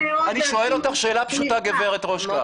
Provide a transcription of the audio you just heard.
אני שואל אותך שאלה גברת רושקה.